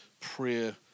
prayer